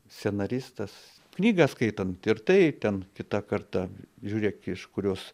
scenaristas knygas skaitant ir tai ten kitą kartą žiūrėk iš kurios